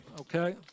Okay